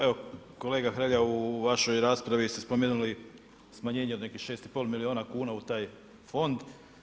Evo, kolega Hrelja u vašoj raspravi ste spomenuli smanjenje od nekih 6,5 milijuna kuna u taj fond.